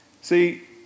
See